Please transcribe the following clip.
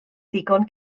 ddigon